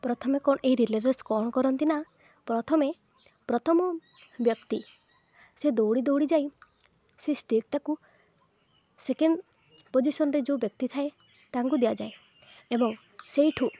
ପ୍ରଥମେ କ'ଣ ଏହି ରିଲେ ରେସ୍ କ'ଣ କରନ୍ତି ନା ପ୍ରଥମେ ପ୍ରଥମ ବ୍ୟକ୍ତି ସେ ଦୌଡ଼ି ଦୌଡ଼ି ଯାଇ ସେ ଷ୍ଟିକ୍ଟାକୁ ସେକେଣ୍ଡ୍ ପୋଜିସନ୍ରେ ଯେଉଁ ବ୍ୟକ୍ତି ଥାଏ ତାଙ୍କୁ ଦିଆଯାଏ ଏବଂ ସେଇଠୁ